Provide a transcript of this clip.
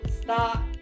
stop